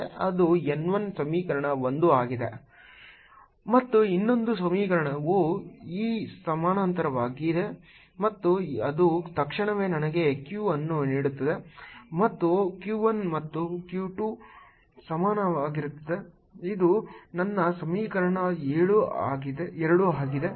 kq2 qq1 q2qq1 equ 2 equ 1 ⟹q2k12q q22k1q q1q2 q2k1 1q 1 kk1q k 1k1q ಮತ್ತು ಇನ್ನೊಂದು ಸಮೀಕರಣವು E ಸಮಾನಾಂತರವಾಗಿದೆ ಮತ್ತು ಅದು ತಕ್ಷಣವೇ ನನಗೆ q ಅನ್ನು ನೀಡುತ್ತದೆ ಮತ್ತು q 1 ಈಗ q 2 ಗೆ ಸಮನಾಗಿರುತ್ತದೆ ಇದು ನನ್ನ ಸಮೀಕರಣ 2 ಆಗಿದೆ